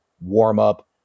warm-up